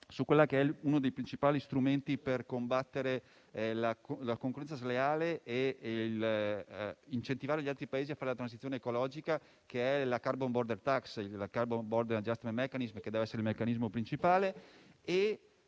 una parola su uno dei principali strumenti per combattere la concorrenza sleale e incentivare gli altri Paesi a fare la transizione ecologica, ossia la *carbon border tax*, e il *carbon border adjustment mechanism*, che ne deve essere il meccanismo principale.